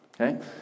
okay